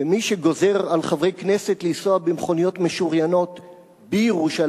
מי שגוזר על חברי כנסת לנסוע במכוניות משוריינות בירושלים,